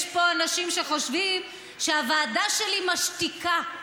יש פה אנשים שחושבים שהוועדה שלי משתיקה.